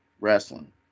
wrestling